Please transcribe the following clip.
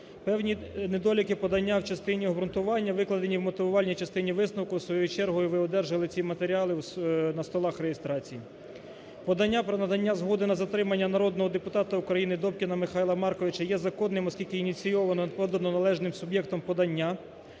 Певні недоліки подання в частині обґрунтування викладені в мотивувальній частині висновку у свою чергу і ви одержали ці матеріали на столах реєстрації. Подання про надання згоди на затримання народного депутата України Добкіна Михайла Марковича є законним, оскільки ініційовано і подано належним суб'єктом подання,